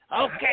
Okay